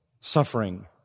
suffering